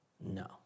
No